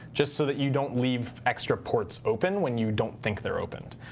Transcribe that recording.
just so that you don't leave extra ports open when you don't think they're opened.